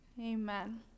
Amen